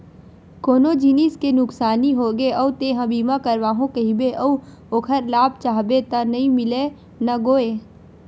कोनो जिनिस के नुकसानी होगे अउ तेंहा बीमा करवाहूँ कहिबे अउ ओखर लाभ चाहबे त नइ मिलय न गोये